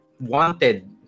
wanted